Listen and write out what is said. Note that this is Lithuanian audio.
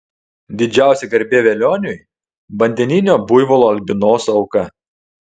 didžiausia garbė velioniui vandeninio buivolo albinoso auka